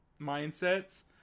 mindsets